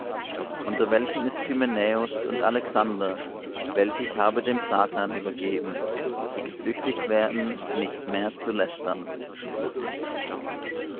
unter welchen ist hymenäus und alexander welche ich habe dem satan übergeben daß sie gezüchtigt werden nicht mehr zu lästern